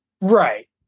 right